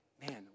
man